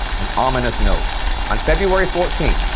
an ominous note on february fourteenth,